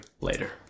later